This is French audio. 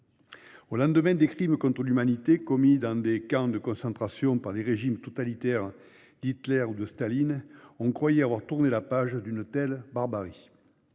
Au lendemain des crimes contre l'humanité commis dans des camps de concentration par les régimes totalitaires d'Hitler ou de Staline, on croyait avoir tourné la page d'une telle barbarie.